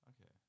okay